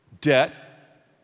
Debt